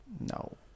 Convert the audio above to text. No